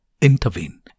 intervene